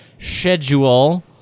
schedule